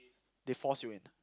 they force you in